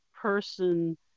person